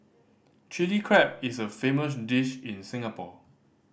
Chilli Crab is a famous dish in Singapore